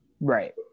Right